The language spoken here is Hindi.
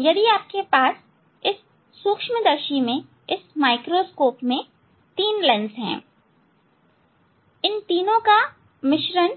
यदि आपके पास इस सूक्ष्मदर्शी में 3 लेंस हैं इन तीनों का मिश्रण